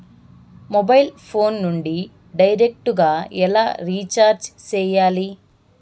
mobile phone నుండి direct గా ఎలా రీచార్జి సేయాలి